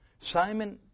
Simon